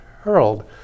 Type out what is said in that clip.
hurled